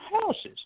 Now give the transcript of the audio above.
houses